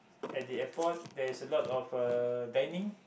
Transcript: at the airport there is a lot of uh dining